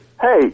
hey